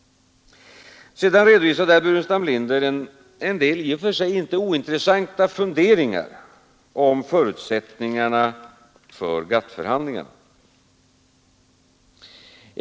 Sedan redovisade herr Burenstam Linder en del i och för sig inte ointressanta funderingar om förutsättningarna för GATT-förhandlingarna.